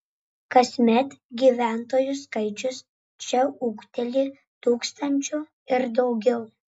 kasmet gyventojų skaičius čia ūgteli tūkstančiu ir daugiau